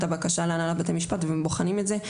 הבקשה להנהלת בתי המשפט והם בוחנים את זה.